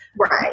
Right